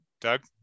Doug